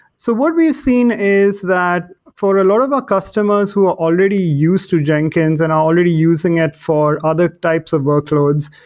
so what we've seen is that for a lot of our customers who are already used to jenkins and are already using it for other types of workloads,